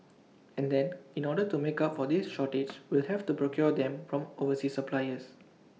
and then in order to make up for this shortage we'll have to procure them from overseas suppliers